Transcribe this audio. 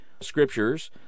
scriptures